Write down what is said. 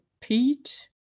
pete